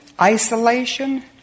isolation